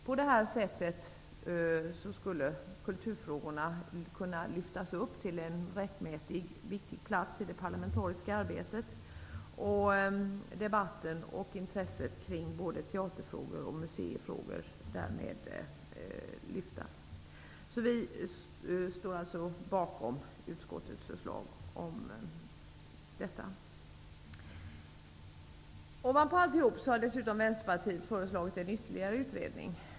På detta sätt skulle kulturfrågorna kunna lyftas upp till en rättmätig och viktig plats i det parlamentariska arbetet. Debatten och intresset kring både teaterfrågor och museifrågor skulle därmed lyftas fram. Vi står alltså bakom utskottets förslag om detta. Ovanpå alltihop har Vänsterpartiet dessutom föreslagit en ytterligare utredning.